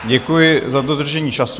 Děkuji za dodržení času.